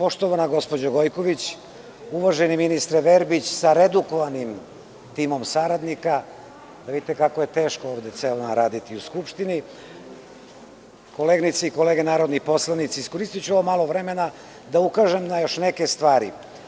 Poštovana gospođo Gojković, uvaženi ministre Verbić, sa redukovanim timom saradnika, vidite kako je teško ovde ceo dan raditi u Skupštini, koleginice i kolege narodni poslanici, iskoristiću ovo malo vremena da ukažem na još neke stvari.